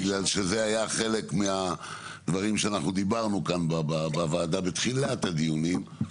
בגלל שזה היה חלק מהדברים שאנחנו דיברנו כאן בוועדה בתחילת הדיונים,